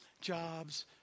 jobs